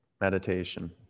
meditation